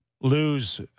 lose